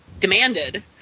demanded